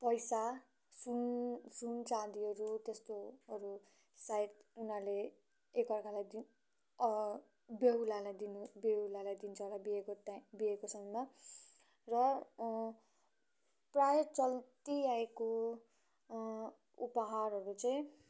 पैसा सुन सुन चाँदीहरू त्यस्तोहरू सायद उनीहरूले एकअर्कालाई दिन बेहुलालाई दिन बेहुलालाई दिन्छ होला बिहेको टाइम बिहेको समयमा र प्रायः चल्ती आएको उपहारहरू चाहिँ